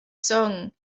song